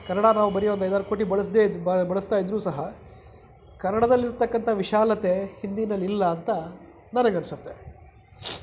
ಕನ್ನಡ ನಾವು ಬರೀ ಒಂದು ಐದಾರು ಕೋಟಿ ಬಳಸದೆ ಬಳಸ್ತಾ ಇದ್ದರೂ ಸಹ ಕನ್ನಡಲ್ಲಿರ್ತಕ್ಕಂಥ ವಿಶಾಲತೆ ಹಿಂದೀನಲ್ಲಿ ಇಲ್ಲ ಅಂತ ನನಗೆ ಅನ್ಸುತ್ತೆ